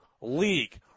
league